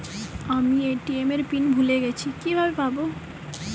আমি এ.টি.এম এর পিন ভুলে গেছি কিভাবে পাবো?